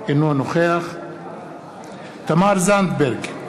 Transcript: אינו נוכח תמר זנדברג,